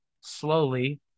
slowly